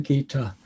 Gita